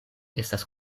estas